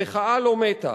המחאה לא מתה.